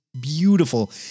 beautiful